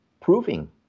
proving